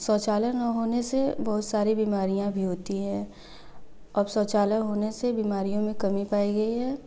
शौचालय ना होने से बहुत सारी बीमारियाँ भी होती है अब शौचालय होने से बीमारियों में कमी पाई गई है